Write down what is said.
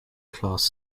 class